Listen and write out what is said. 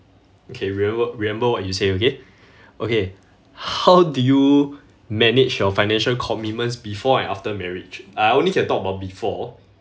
okay remember remember what you say okay okay how do you manage your financial commitments before and after marriage I only can talk about before